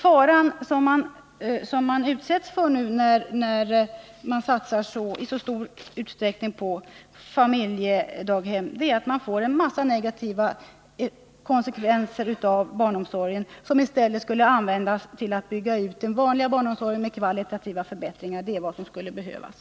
Faran av att i så stor utsträckning satsa på familjedaghem är att det blir en mängd negativa konsekvenser för barnomsorgen. I stället borde man bygga ut den vanliga barnomsorgen genom kvalitativa förbättringar — det är vad som skulle behövas.